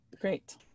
Great